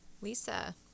Lisa